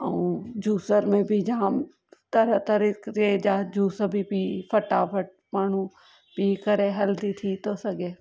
ऐं जूसर में बि जाम तरह तररीक़े जा जूस बि पी फटाफट माण्हू पी करे हेल्दी थी थो सघे